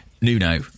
Nuno